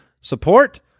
support